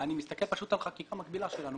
אני מסתכל על חקיקה מקבילה שלנו.